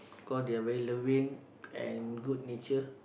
cause they are very loving and good nature